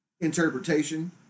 interpretation